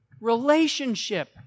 relationship